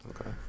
Okay